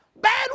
Bad